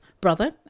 brother